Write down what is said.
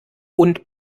und